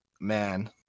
man